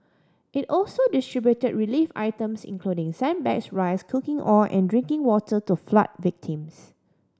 it also distribute relief items including sandbags rice cooking oil and drinking water to flood victims